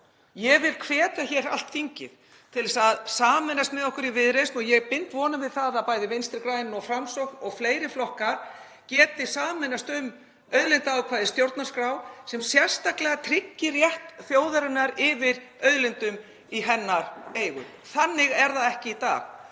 Ég vil hvetja hér allt þingið til að sameinast með okkur í Viðreisn og ég bind vonir við að bæði Vinstri græn og Framsókn og fleiri flokkar geti sameinast um auðlindaákvæði í stjórnarskrá sem tryggir sérstaklega rétt þjóðarinnar yfir auðlindum í hennar eigu. Þannig er það ekki í dag.